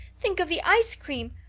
think of the ice cream!